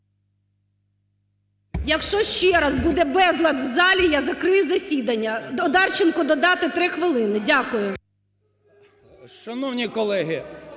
Якщо ще раз буде безлад у залі, я закрию засідання. Одарченко додати 3 хвилини. Дякую.